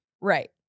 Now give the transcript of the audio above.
right